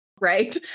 right